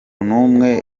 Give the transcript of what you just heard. n’umwe